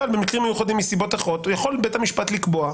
אבל במקרים מיוחדים או מסיבות אחרות יכול בית המשפט לקבוע,